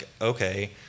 Okay